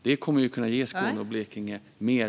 Det kommer att kunna ge Skåne och Blekinge mer.